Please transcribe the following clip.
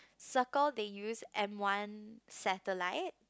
circles they use M one satellite